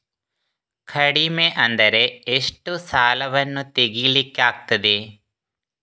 ಕಡಿಮೆ ಅಂದರೆ ಎಷ್ಟು ಸಾಲವನ್ನು ತೆಗಿಲಿಕ್ಕೆ ಆಗ್ತದೆ?